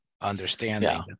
understanding